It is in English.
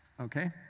okay